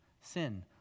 sin